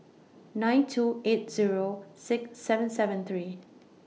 nine two eight Zero six seven seven three